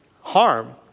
harm